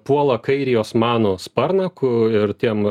puola kairį osmanų sparną kur tiem